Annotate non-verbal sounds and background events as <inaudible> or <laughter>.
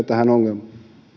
<unintelligible> tähän ongelmaan